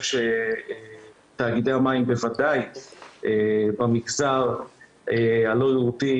שתאגידי המים בוודאי במגזר הלא יהודי,